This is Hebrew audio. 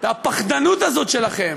הפחדנות הזאת שלכם,